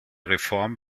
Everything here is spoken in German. reform